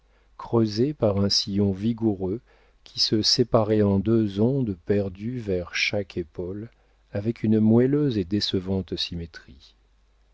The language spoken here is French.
creusée par un sillon vigoureux qui se séparait en deux ondes perdues vers chaque épaule avec une moelleuse et décevante symétrie